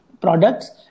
products